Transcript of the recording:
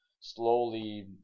slowly